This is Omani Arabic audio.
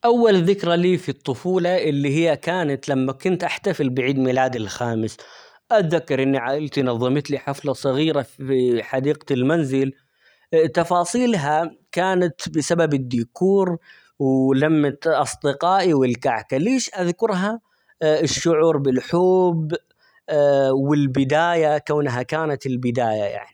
أول ذكرى لي في الطفولة اللي هي كانت لما كنت أحتفل بعيد ميلادي الخامس، أتذكر إن عائلتي نظمت لي حفلة صغيرة -فف- في حديقة المنزل تفاصيلها كانت بسبب الديكور ,ولمة أصدقائي، والكعكة ،ليش أذكرها؟ الشعور بالحب والبداية ،كونها كانت البداية يعني.